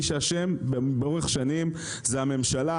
מי שאשם לאורך שנים זו הממשלה.